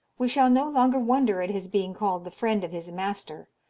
we shall no longer wonder at his being called the friend of his master,